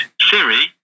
Siri